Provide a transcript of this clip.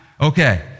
okay